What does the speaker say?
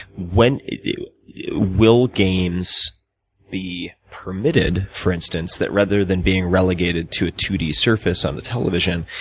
when you know will gains be permitted, for instance, that rather than being relegated to a two d service on a television,